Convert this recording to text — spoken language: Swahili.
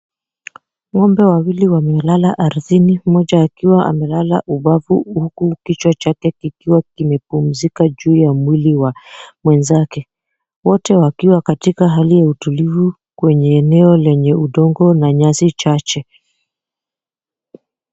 Ng'ombe wawili wamelala ardhini mmoja akiwa amelala ubavu huku kichwa chake kikiwa kimepumzika juu ya mwili wa mwenzake. Wote wakiwa katika hali ya utulivu kwenye eneo lenye udongo na nyasi chache.